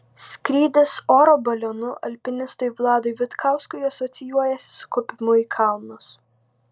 skrydis oro balionu alpinistui vladui vitkauskui asocijuojasi su kopimu į kalnus